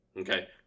okay